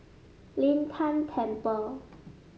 Lin Tan Temple